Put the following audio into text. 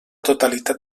totalitat